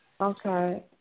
Okay